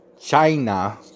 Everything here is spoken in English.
China